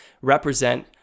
represent